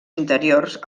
interiors